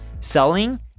Selling